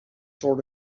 sort